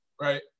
right